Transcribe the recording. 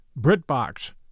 BritBox